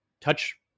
touch